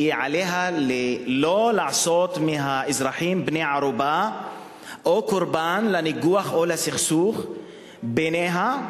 עליה לא לעשות את האזרחים בני ערובה או קורבן לניגוח או לסכסוך בינה,